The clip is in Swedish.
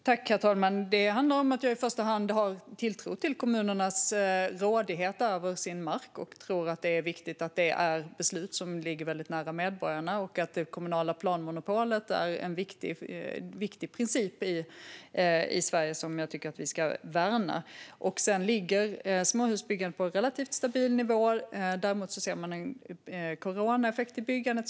Herr talman! Det handlar om att jag i första hand har tilltro till kommunernas rådighet över sin mark. Jag tror att det är viktigt att det är beslut som ligger väldigt nära medborgarna, och det kommunala planmonopolet i Sverige är en viktig princip som jag tycker att vi ska värna. Småhusbyggandet ligger på en relativt stabil nivå. Dock ser man en coronaeffekt på byggandet.